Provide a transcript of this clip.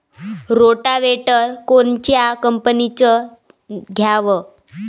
Rotavator कोनच्या कंपनीचं घ्यावं?